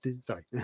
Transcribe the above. Sorry